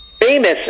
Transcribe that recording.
famous